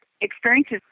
experiences